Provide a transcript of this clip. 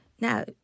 Now